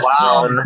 Wow